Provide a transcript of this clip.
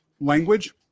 language